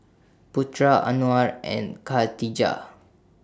Putra Anuar and Khatijah